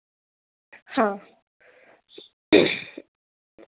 हाँ